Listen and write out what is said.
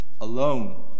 alone